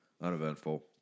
uneventful